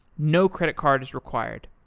no credit card is required.